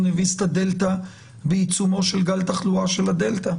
הביס את הדלתא בעיצומו של גל תחלואה של הדלתא.